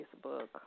Facebook